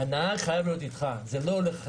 הנהג חייב להיות איתך זה לא הולך אחרת.